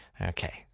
Okay